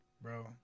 Bro